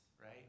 right